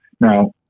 Now